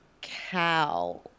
cow